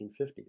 1950s